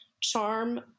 Charm